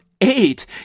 eight